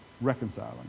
reconciling